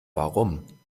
warum